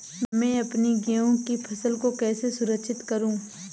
मैं अपनी गेहूँ की फसल को कैसे सुरक्षित करूँ?